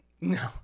No